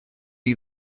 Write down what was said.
you